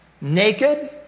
Naked